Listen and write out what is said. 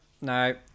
no